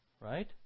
right